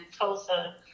Tulsa